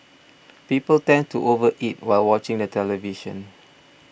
people tend to over eat while watching the television